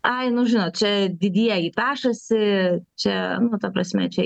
ai nu žinot čia didieji pešasi čia nu ta prasme čia